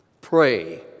Pray